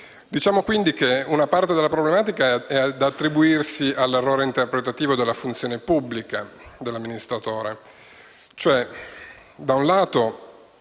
elettorale. Una parte della problematica è da attribuirsi all'errore interpretativo della funzione pubblica dell'amministratore.